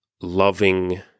loving